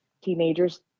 teenagers